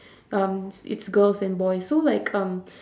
um it's girls and boys so like um